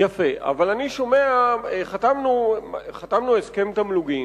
יפה, אבל אני שומע, חתמנו הסכם תמלוגים,